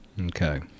Okay